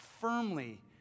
firmly